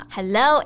Hello